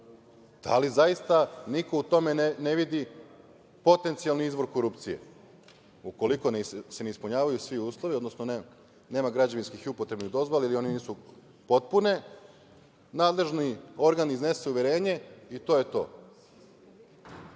Da li zaista niko u tome ne vidi potencijalni izvor korupcije? Ukoliko se ne ispunjavaju svi uslovi, odnosno nema građevinskih i upotrebnih dozvola ili one nisu potpune, nadležni organ iznese uverenje i to je to?